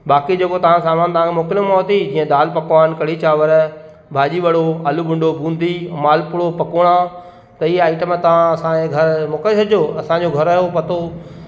बाक़ी जेको तव्हां खे सामान तव्हां खे मोकिलियोमांव थी जीअं दाल पकवान कढ़ी चांवर भाॼी वड़ो बूंदी माल पुओ पकोड़ा त इहे आईटम तव्हां असांजे घर मोकिले छॾिजो असांजो घर जो पतो